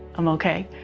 i'm okay.